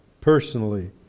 personally